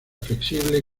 flexible